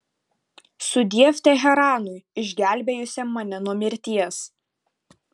sudiev teheranui išgelbėjusiam mane nuo mirties